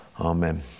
Amen